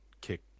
kick